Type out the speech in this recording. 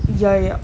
ya ya